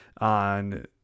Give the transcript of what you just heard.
on